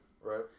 Right